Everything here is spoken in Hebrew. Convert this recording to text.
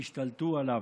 השתלטו עליה